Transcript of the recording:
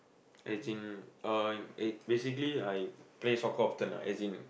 as in uh eh basically I play soccer often as in